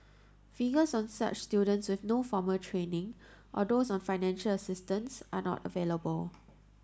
figures on such students with no formal training or those on financial assistance are not available